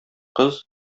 кыз